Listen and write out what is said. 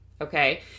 okay